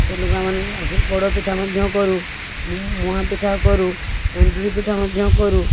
ସେ ଲୁଗା ମାନେ ସେ ଆଉ ପୋଡ଼ପିଠା ମଧ୍ୟ କରୁ ମୁଆଁ ପିଠା କରୁ ଏଣ୍ଡୁରି ପିଠା ମଧ୍ୟ କରୁ